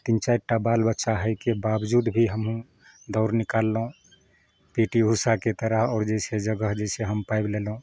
तीन चारि टा बाल बच्चा हइके बावजूद भी हमहूँ दौड़ निकाललहुँ पीटी उषा के तरह आओर जे छै जगह जे छै हम पाबि लेलहुँ